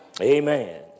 Amen